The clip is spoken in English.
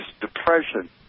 depression